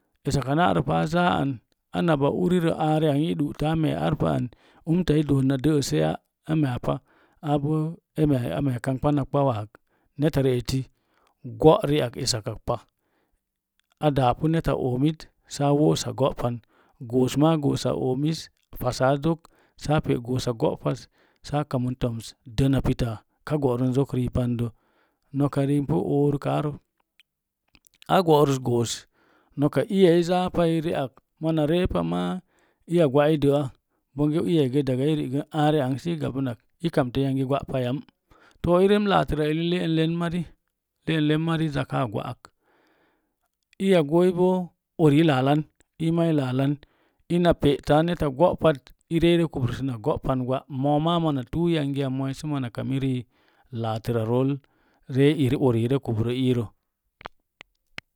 Esak a na'arəpah za an ana anaba urirə aari ang i ɗu'tə a mee pa an na də'əsya ameepa aabo a mee kamɓa naɓɓa waag netta rieti go'riakesakakpa a daapu netta oomit saa wo'ossa go'pan goosma goosa omis fasa zok saa pe’ goosa go'pas saa kamin toms dəna pina ka kamən zok riipandə noka riik ipu oorəkarə a go'rus goos noka iya izaa pai ri ak mona reepa ma iya gwa'ai dəa bonge iiagə diga i rigən aari ak səi gabenak i kamtə yangi gwa'pa yam to irin laatər ri eli le'en len mari le'en len mari zaka gwa'ag iya gonjibo uri i lalah wi ina pe'tanetta go'pat eree kworusəna go'pan gwa’ mooma mona tuu yangi mooi sə mona kami ri laatərrol uri ire kubro iirə.